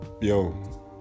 yo